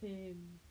same